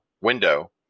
window